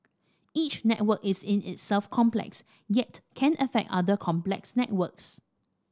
each network is in itself complex yet can affect other complex networks